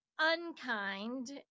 unkind